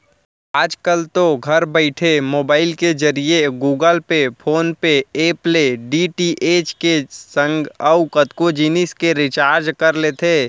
आजकल तो घर बइठे मोबईल के जरिए Google Pay, PhonePe app ले डी.टी.एच के संग अउ कतको जिनिस के रिचार्ज कर लेथे